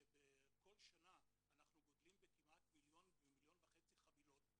שכל שנה אנחנו גדלים בכמעט מיליון ומיליון וחצי חבילות,